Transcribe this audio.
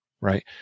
right